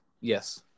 Yes